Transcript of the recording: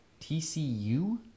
TCU